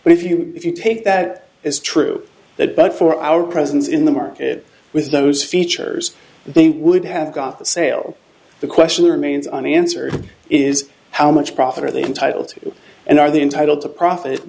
but if you if you take that is true that but for our presence in the market with those features they would have got the sale the question remains unanswered is how much profit are they entitled to and are they entitled to profit